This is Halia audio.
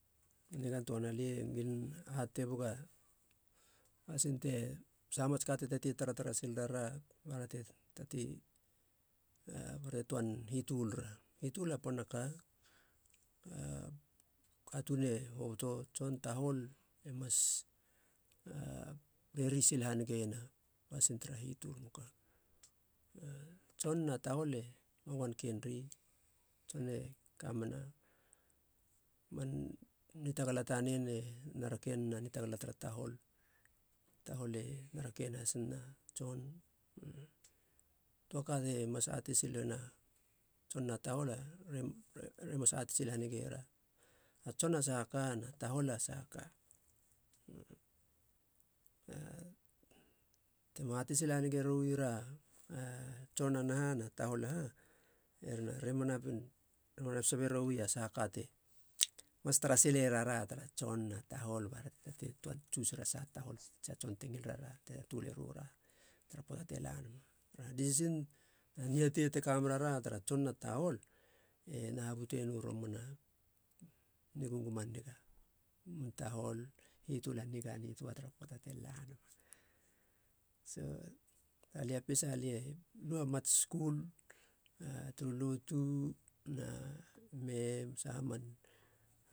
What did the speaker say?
Nigatoana. lie ngilin hatei tun nega mats saha mats katigi redi bante taten hitul. a katun e. tson tahol e redi haniga siilena hitul tanen. tson na tahol ma wanken ri. re mar atei haniga silera tahol na tson a saha ka. saha tokui taren na man role tara pamili. Te kate milu aa decision a niga tsia lue ateisilema mats tokui tigi kati balte hitulim.